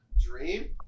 dream